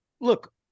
look